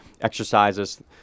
exercises